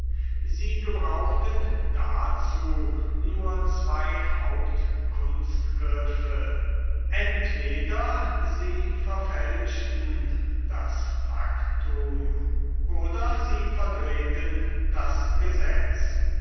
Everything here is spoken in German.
sie gebrauchten dazu nur zween hauptkunstgriffe entweder sie verfälschten das factum oder sie verdrehten das gesetz